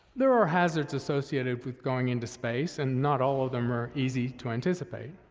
there are hazards associated with going into space, and not all of them are easy to anticipate.